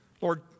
Lord